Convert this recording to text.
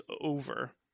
over